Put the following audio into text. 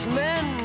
men